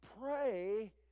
pray